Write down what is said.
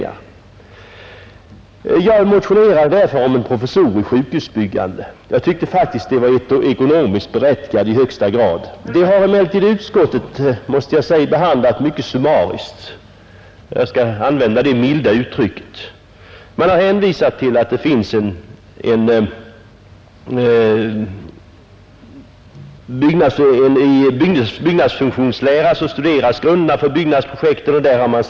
Jag har nu motionerat om inrättandet av en professur i sjukhusbyggande, någonting som jag tycker är i högsta grad ekonomiskt berättigat. Men utskottet har behandlat motionen mycket summariskt — jag skall använda det milda uttrycket — och hänvisar till att grunderna för sådana byggnadsprojekt studeras i byggnadsfunktionsläran.